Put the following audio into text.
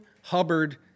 Hubbard